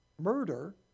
murder